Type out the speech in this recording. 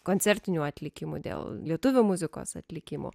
koncertinio atlikimo dėl lietuvių muzikos atlikimo